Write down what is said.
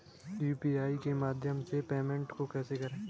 UPI के माध्यम से पेमेंट को कैसे करें?